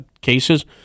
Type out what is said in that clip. cases